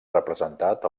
representat